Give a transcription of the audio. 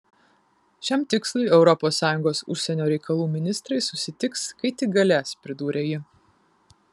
šiam tikslui europos sąjungos užsienio reikalų ministrai susitiks kai tik galės pridūrė ji